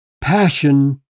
passion